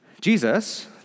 Jesus